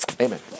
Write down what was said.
amen